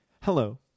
Hello